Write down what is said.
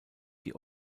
die